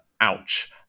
Ouch